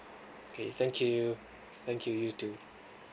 okay thank you thank you you too